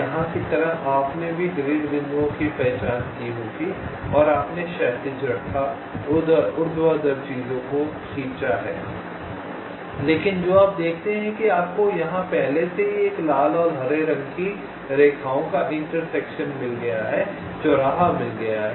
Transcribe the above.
यहाँ की तरह आपने भी ग्रिड बिंदुओं की पहचान की होगी और आपने क्षैतिज रेखा ऊर्ध्वाधर चीजों को खींचा है लेकिन जो आप देखते हैं कि आपको यहां पहले से ही एक लाल और हरे रंग की रेखाओं का चौराहा मिल गया है